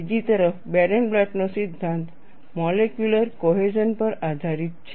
બીજી તરફ બેરેનબ્લાટનો સિદ્ધાંત મોલેક્યુલર કોહેઝન પર આધારિત છે